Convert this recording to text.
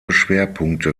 schwerpunkte